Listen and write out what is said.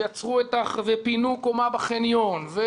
פינו קומה בחניון,